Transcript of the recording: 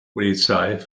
polizei